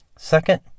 Second